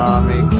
Army